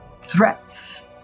threats